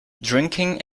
drinking